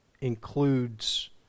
includes